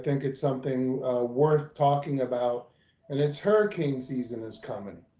think it's something worth talking about and it's hurricane season is coming.